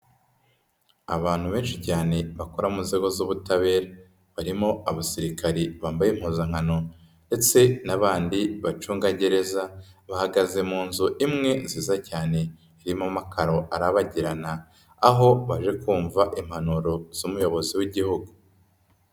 Abantu benshi cyane bakora mu nzego z'ubutabera. Barimo abasirikari bambaye impuzankano ndetse n'abandi bacungagereza, bahagaze mu nzu imwe nziza cyane irimo amakaro arabagirana, aho baje kumva impanuro z'umuyobozi w'Igihugu.